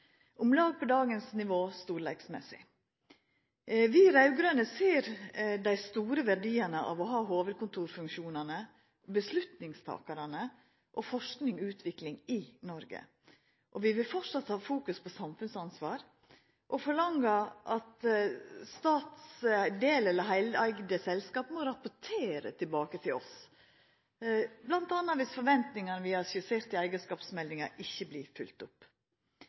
om lag på dagens nivå storleiksmessig. Vi raud-grøne ser dei store verdiane av å ha hovudkontorfunksjonane, avgjerdstakarane og forsking og utvikling i Noreg. Vi vil fortsatt fokusera på samfunnsansvar, og forlanger at statsdeleigde eller -heileigde selskap må rapportera tilbake til oss, bl.a. dersom forventningane vi har skissert i eigarskapsmeldinga, ikkje vert følgde opp.